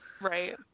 right